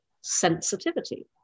sensitivity